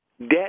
debt